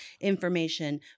information